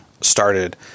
started